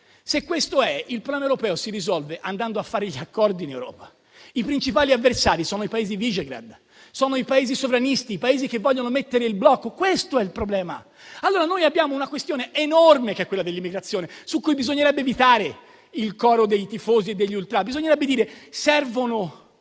se questo è, il problema europeo si risolve andando a fare gli accordi in Europa: i principali avversari sono i Paesi di Visegrad, sono i Paesi sovranisti e i Paesi che vogliono mettere il blocco, questo è il problema. Abbiamo una questione enorme, che è quella dell'immigrazione, su cui bisognerebbe evitare il coro dei tifosi e degli ultras. Bisognerebbe dire: servono